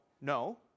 no